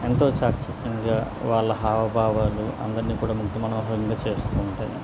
ఎంతో సాక్షకంగా వాళ్ళ హావభావాలు అందరినీ కూడా ముగ్ద మనోహరంగా చేస్తూ ఉంటాయి